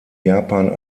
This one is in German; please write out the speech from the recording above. japan